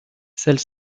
celle